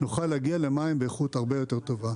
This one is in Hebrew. נוכל להגיע למים באיכות הרבה יותר טובה,